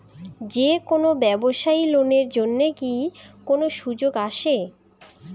যে কোনো ব্যবসায়ী লোন এর জন্যে কি কোনো সুযোগ আসে?